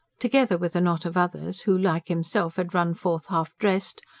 together with a knot of others, who like himself had run forth half dressed,